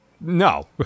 No